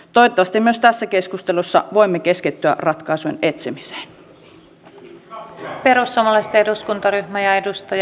toivottavasti myös tässä keskustelussa voimme keskittyä ratkaisujen etsimiseen